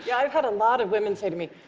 yeah i've had a lot of women say to me,